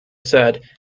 said